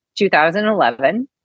2011